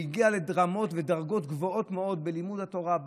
והגיע לרמות ולדרגות גבוהות מאוד בלימוד התורה,